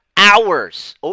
Hours